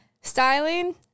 Styling